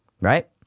Right